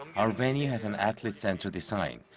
our venue has an athlete-centered design.